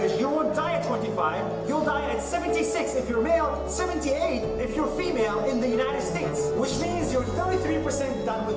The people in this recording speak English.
die at twenty five you'll die at seventy six if you're male, seventy eight if you're female in the united states. which means you're thirty three percent done with